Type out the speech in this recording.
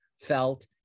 felt